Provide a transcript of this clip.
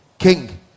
King